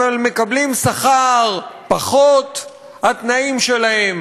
אבל מקבלים שכר פחות, התנאים שלהם